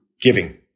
giving